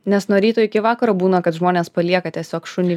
nes nuo ryto iki vakaro būna kad žmonės palieka tiesiog šunį